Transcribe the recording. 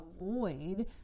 avoid